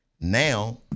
now